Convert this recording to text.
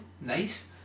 nice